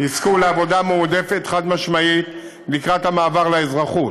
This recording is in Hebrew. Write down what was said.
יזכו לעבודה מועדפת לקראת המעבר לאזרחות.